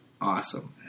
awesome